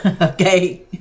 Okay